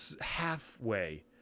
halfway